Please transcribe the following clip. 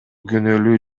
күнөөлүү